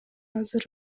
азыр